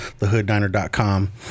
TheHoodDiner.com